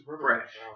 fresh